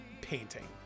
painting